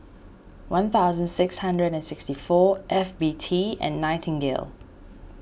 one thousand six hundred and sixty four F B T and Nightingale